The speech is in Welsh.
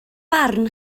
barn